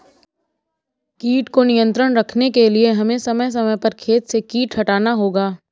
कीट को नियंत्रण रखने के लिए हमें समय समय पर खेत से कीट हटाना होगा